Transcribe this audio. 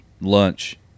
lunch